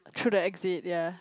through the exit yea